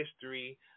history